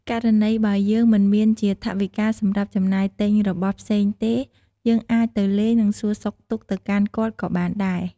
ករណីបើយើងមិនមានជាថវិការសម្រាប់ចំណាយទិញរបស់ផ្សេងទេ យើងអាចទៅលេងនិងសួរសុខទុក្ខទៅកាន់គាត់ក៏បានដែរ។